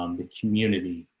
um the community.